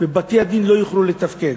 ובתי-הדין לא יוכלו לתפקד.